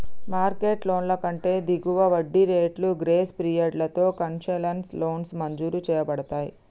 market లోన్ల కంటే దిగువ వడ్డీ రేట్లు, గ్రేస్ పీరియడ్లతో కన్సెషనల్ లోన్లు మంజూరు చేయబడతయ్